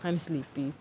I'm sleepy